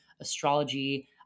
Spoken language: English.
astrology